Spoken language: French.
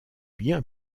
bien